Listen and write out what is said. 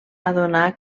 adonar